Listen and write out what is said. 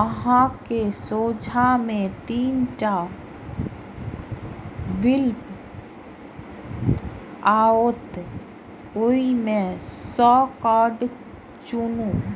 अहांक सोझां मे तीन टा विकल्प आओत, ओइ मे सं कार्ड चुनू